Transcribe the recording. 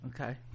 okay